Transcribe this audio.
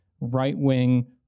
right-wing